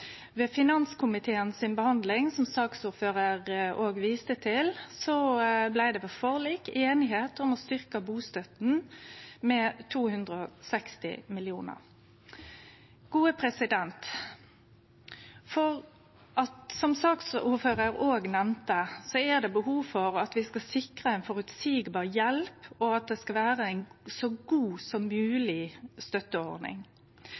blei det ved forlik einigheit om å styrkje bustøtta med 260 mill. kr. Som saksordføraren òg nemnde, er det behov for at vi sikrar føreseieleg hjelp, og at det skal vere ei så god som mogleg støtteordning.